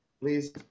please